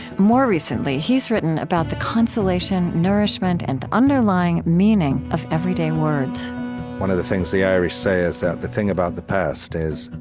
more recently, he's written about the consolation, nourishment, and underlying meaning of everyday words one of the things the irish say is that the thing about the past is,